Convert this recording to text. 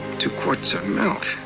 two quarts of milk?